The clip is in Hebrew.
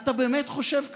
אתה באמת חושב ככה.